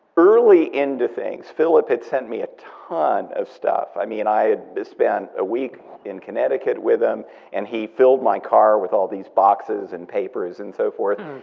early into things, philip had sent me a ton ah stuff. i mean, i had spent a week in connecticut with him and he filled my car with all these boxes and papers and so forth.